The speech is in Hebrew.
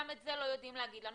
גם את זה לא יודעים להגיד לנו.